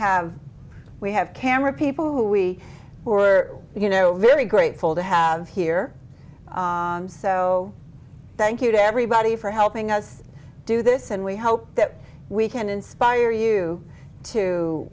have we have camera people who we who are you know very grateful to have here so thank you to everybody for helping us do this and we hope that we can inspire you to